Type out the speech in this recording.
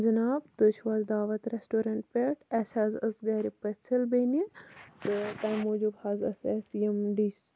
جِناب تُہۍ چھِو حظ دعوَت ریٚسٹورَنٹ پیٚٹھ اَسہِ حظ ٲس گَرِ پٔژھِل بیٚنہِ تہٕ تمہِ موٗجوٗب حظ ٲسۍ اَسہِ یِم ڈِش